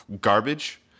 garbage